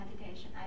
meditation